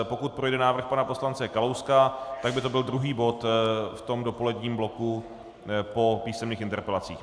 Pokud projde návrh pana poslance Kalouska, tak by to byl druhý bod v dopoledním bloku po písemných interpelacích.